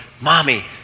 mommy